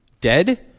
dead